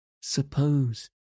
Suppose